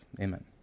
amen